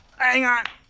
hang on!